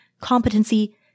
competency